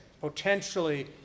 potentially